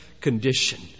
condition